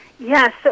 Yes